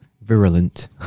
virulent